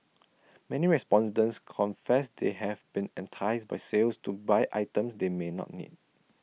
many respondents confess they have been enticed by sales to buy items they may not need